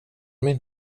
min